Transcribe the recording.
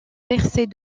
percés